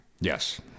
Yes